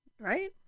Right